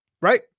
right